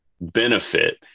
benefit